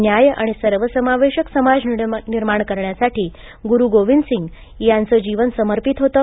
न्याय्य आणि सर्वसमावेशक समाज निर्माण करण्यासाठी गुरु गोविंदसिंग यांचे जीवन समर्पित होतं